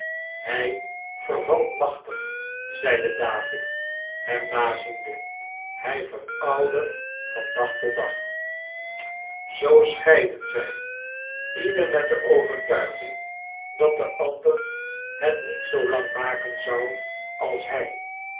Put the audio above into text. hij vervalt machtig zeide david hem naziende hij veroudert van dag tot dag zoo scheidden zij ieder met de overtuiging dat de ander het niet zoolang maken zou als hij